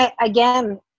again